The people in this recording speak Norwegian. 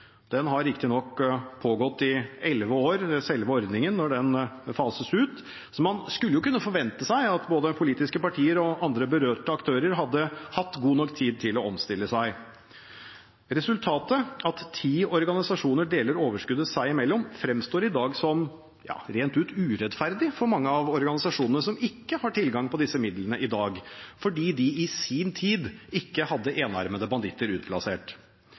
Den har riktignok pågått i elleve år, altså selve ordningen når den fases ut, så man skulle kunne forvente at både politiske partier og andre berørte aktører hadde hatt god nok tid til å omstille seg. Resultatet ved at ti organisasjoner deler overskuddet seg imellom, fremstår i dag som rent ut urettferdig for mange av organisasjonene som ikke har tilgang på disse midlene i dag fordi de i sin tid ikke hadde enarmete banditter utplassert.